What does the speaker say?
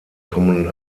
kommen